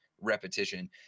repetition